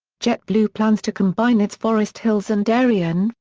jetblue plans to combine its forest hills and darien,